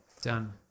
Done